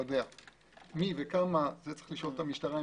מי וכמה יש לשאול את המשטרה.